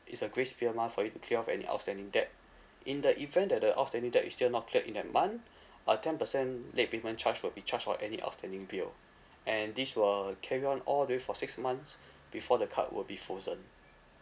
is a grace period month for you to clear off any outstanding debt in the event that the outstanding debt is still not cleared in that month uh ten percent late payment charge will be charged for any outstanding bill and this will carry on all the way for six months before the card will be frozen